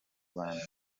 rwanda